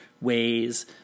ways